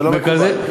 איתן, אתה מפריע לי.